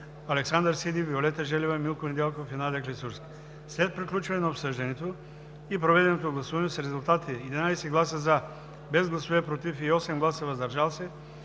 Александър Сиди, Виолета Желева, Милко Недялков и Надя Клисурска. След приключване на обсъждането и проведеното гласуване с резултати: 11 гласа „за“, без гласове „против“ и 8 гласа „въздържал се“,